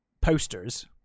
posters